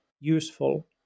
useful